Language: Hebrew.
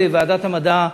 בוועדת המדע,